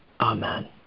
Amen